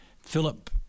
Philip